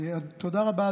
תודה רבה.